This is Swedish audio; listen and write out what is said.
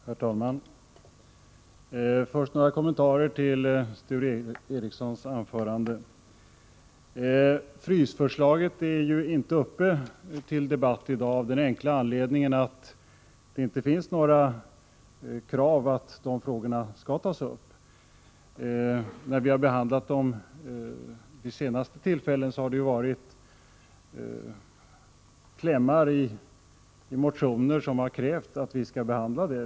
Herr talman! Först några kommentarer till Sture Ericsons anförande. Frysförslaget är ju inte uppe till debatt i dag, av den enkla anledningen att det inte finns några krav att de frågorna skall tas upp. Vid det senaste tillfället, när vi har behandlat den saken, har det ju varit motionskrav som krävt att vi skall behandla detta.